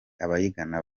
abayigana